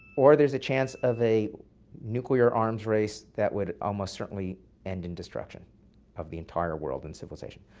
or there's a chance of a nuclear arms race that would almost certainly end in destruction of the entire world and civilization.